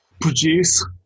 produce